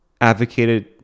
advocated